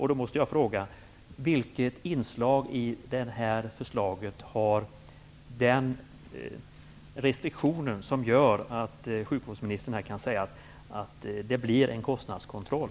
Då måste jag fråga: Vilken restriktion i det här förslaget gör att sjukvårdsministern kan säga att det blir en kostnadskontroll?